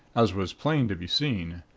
as was plain to be seen.